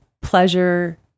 pleasure